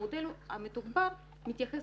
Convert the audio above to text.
המודל המתוגבר מתייחס